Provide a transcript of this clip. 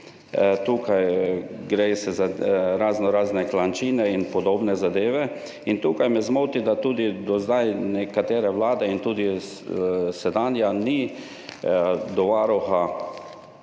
tukaj gre za raznorazne klančine in podobne zadeve. In tukaj me zmoti, da tudi do zdaj nekatere vlade, tudi sedanja, Varuhu